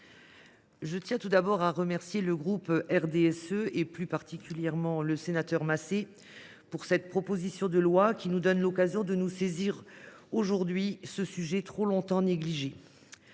je tiens tout d’abord à remercier le groupe RDSE, en particulier le sénateur Michel Masset, de cette proposition de loi qui nous donne l’occasion de nous saisir d’un sujet trop longtemps négligé.